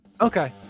Okay